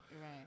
Right